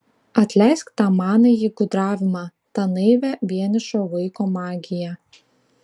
atleisk tą manąjį gudravimą tą naivią vienišo vaiko magiją